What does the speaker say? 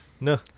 No